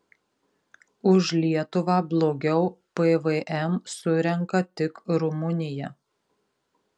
už lietuvą blogiau pvm surenka tik rumunija